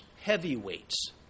heavyweights